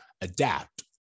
adapt